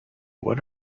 what